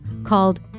called